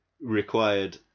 required